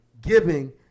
giving